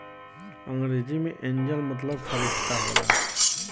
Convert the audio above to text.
अंग्रेजी मे एंजेल मतलब फ़रिश्ता होला